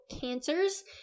cancers